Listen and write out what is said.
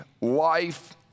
life